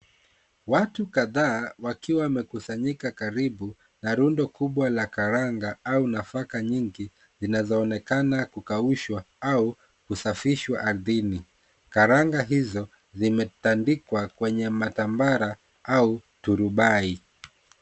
Watu kadhaa wakiwa wamekusanyika karibu, na rundo kubwa la karanga au nafaka nyingi zinazoonekana kukawishwa au kusafishwa ardhini. Karanga hizo zimetandikwa kwenye matambara au turubai.